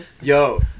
yo